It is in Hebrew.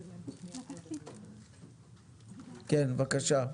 כן, בבקשה.